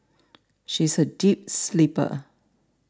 she is a deep sleeper